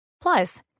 Plus